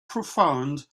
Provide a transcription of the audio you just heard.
profound